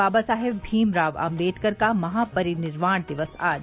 बाबा साहेब भीमराव आम्बेडकर का महापरिनिर्वाण दिवस आज